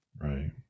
right